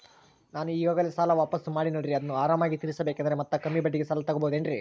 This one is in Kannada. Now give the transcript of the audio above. ನಾನು ಈಗಾಗಲೇ ಸಾಲ ವಾಪಾಸ್ಸು ಮಾಡಿನಲ್ರಿ ಅದನ್ನು ಆರಾಮಾಗಿ ತೇರಿಸಬೇಕಂದರೆ ಮತ್ತ ಕಮ್ಮಿ ಬಡ್ಡಿಗೆ ಸಾಲ ತಗೋಬಹುದೇನ್ರಿ?